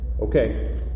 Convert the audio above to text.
Okay